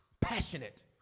passionate